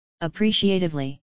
appreciatively